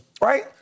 right